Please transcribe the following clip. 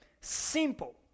simple